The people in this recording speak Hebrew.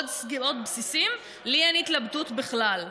עוד בסיסים, לי אין התלבטות בכלל.